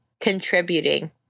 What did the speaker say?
contributing